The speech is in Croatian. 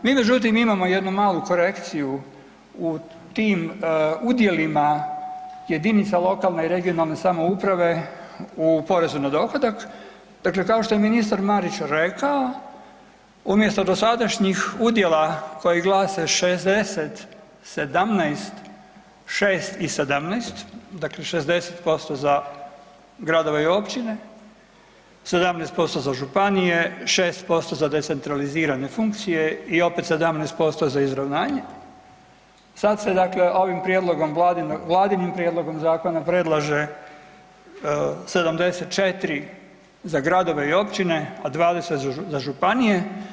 Mi međutim imamo jednu malu korekciju u tim udjelima jedinice lokalne i regionalne samouprave u porezu na dohodak, dakle kao što je ministar Marić rekao umjesto dosadašnjih udjela koji glase 60-17-6-17 dakle 60% za gradove i općine, 17% za županije, 6% za decentralizirane funkcije i opet 17% za izravnanje, sada se ovim vladinim prijedlogom zakona predlaže 74% za gradove i općine, a 20% za županije.